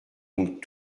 donc